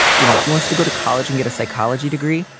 you know, he wants to go to college and get a psychology degree.